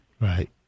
Right